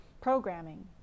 programming